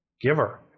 Giver